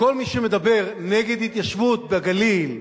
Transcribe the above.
וכל מי שמדבר נגד התיישבות בגליל,